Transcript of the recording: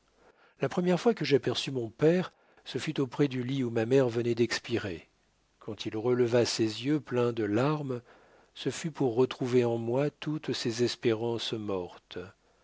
la première fois que j'aperçus mon père ce fut auprès du lit où ma mère venait d'expirer quand il releva ses yeux pleins de larmes ce fut pour retrouver en moi toutes ses espérances mortes